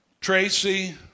Tracy